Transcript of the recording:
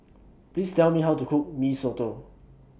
Please Tell Me How to Cook Mee Soto